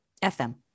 FM